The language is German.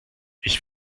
ich